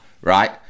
right